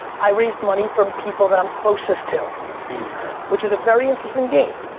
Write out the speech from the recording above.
i raised money from people that i'm closest to which is a very interesting game.